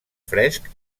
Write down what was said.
fresc